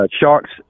Sharks